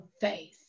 faith